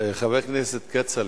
חבר הכנסת כצל'ה,